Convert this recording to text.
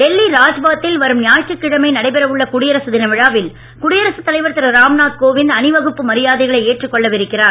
டெல்லி ராஜ்பாத்தில் வரும் ஞாயிற்றுக்கிழமை நடைபெற உள்ள குடியரசு தினவிழாவில் குடியரசு தலைவர் திரு ராம்நாத் கோவிந்த் அணிவகுப்பு மரியாதைகளை ஏற்றுக் கொள்ள இருக்கிறார்